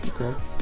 okay